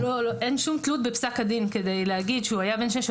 אין שום תלות בפסק הדין כדי להגיד שהוא היה בן שש או